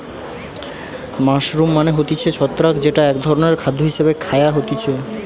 mushroom মানে হতিছে ছত্রাক যেটা এক ধরণের খাদ্য হিসেবে খায়া হতিছে